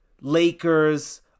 Lakers